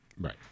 Right